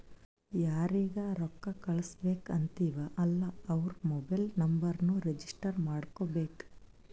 ಯಾರಿಗ ರೊಕ್ಕಾ ಕಳ್ಸುಬೇಕ್ ಅಂತಿವ್ ಅಲ್ಲಾ ಅವ್ರ ಮೊಬೈಲ್ ನುಂಬರ್ನು ರಿಜಿಸ್ಟರ್ ಮಾಡ್ಕೋಬೇಕ್